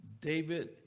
David